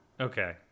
okay